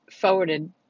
forwarded